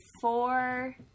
four